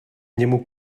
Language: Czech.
němu